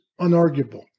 unarguable